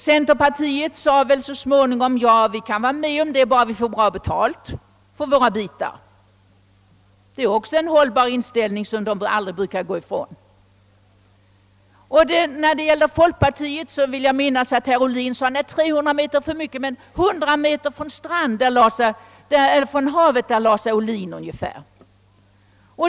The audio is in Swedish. Centerpartiet sade väl så småningom: Ja, vi kan vara med om det här, bara vi får bra betalt för våra bitar. Det är också en hållbar inställning som man inom det partiet alltid vill utgå ifrån. När det gäller folkpartiet vill jag minnas att herr Ohlin sade att 300 meter vore för mycket, och herr Ohlin lade sig 100 meter från havet.